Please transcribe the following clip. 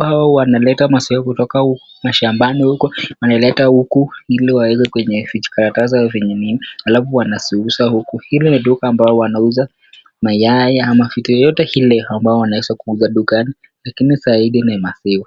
hao wanaleta maziwa kutoka mashambani huku wanayaleta huku ili waweke kwenye vijikaratasi vyenye nini alafu wanaziuza huku. Hili ni duka ambalo wanauza mayai ama kitu yoyote ile ambayo wanaweza kuuza dukani, lakini zaidi ni maziwa.